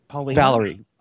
Valerie